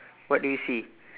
what do you see